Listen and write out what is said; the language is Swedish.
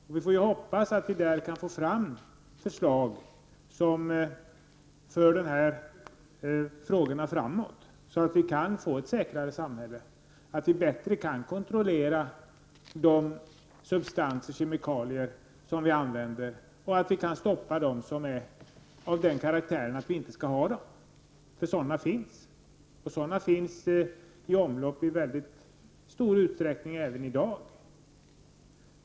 Förhoppningsvis kommer där fram förslag som innebär att vi kan komma framåt i de här frågorna, så att vi kan få ett säkrare samhälle och bättre möjligheter att kontrollera de substanser, kemikalier, som vi använder samt att vi kan stoppa sådana kemikalier som måste förbjudas. Sådana kemikalier finns faktiskt i omlopp i väldigt stor utsträckning även i dag.